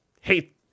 hate